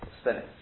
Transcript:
spinning